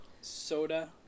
soda